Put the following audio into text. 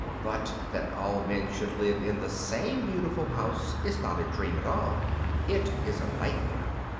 but that all men should live in the same beautiful house is not a dream at all it is a nightmare.